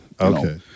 Okay